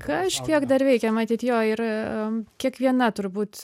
kažkiek dar veikia matyt jo ir kiekviena turbūt